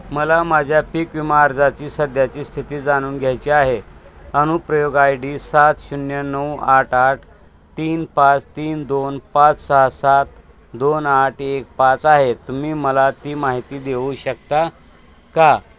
मला माझ्या पीक विमा अर्जाची सध्याची स्थिती जाणून घ्यायची आहे अनुप्रयोग आय डी सात शून्य नऊ आठ आठ तीन पाच तीन दोन पाच सहा सात दोन आठ एक पाच आहे तुम्ही मला ती माहिती देऊ शकता का